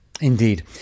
Indeed